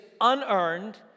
unearned